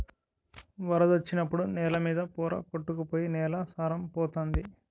వరదొచ్చినప్పుడు నేల మీద పోర కొట్టుకు పోయి నేల సారం పోతంది